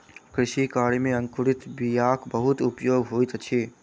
कृषि कार्य में अंकुरित बीयाक बहुत उपयोग होइत अछि